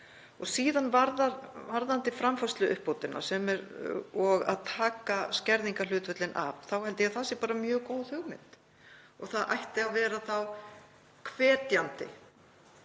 því miður. Varðandi framfærsluuppbótina og að taka skerðingarhlutföllin af, þá held ég að það sé mjög góð hugmynd. Það ætti að vera hvetjandi.